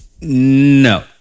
No